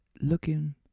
looking